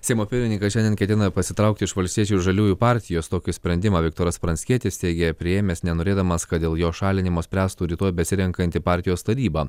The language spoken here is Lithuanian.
seimo pirmininkas šiandien ketina pasitraukti iš valstiečių ir žaliųjų partijos tokiu sprendimą viktoras pranckietis teigė priėmęs nenorėdamas kad dėl jo šalinimo spręstų rytoj besirenkanti partijos taryba